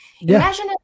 Imagine